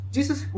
Jesus